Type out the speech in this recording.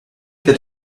that